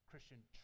Christian